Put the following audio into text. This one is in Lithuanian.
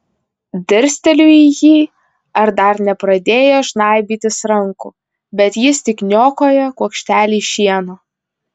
dirsteliu į jį ar dar nepradėjo žnaibytis rankų bet jis tik niokoja kuokštelį šieno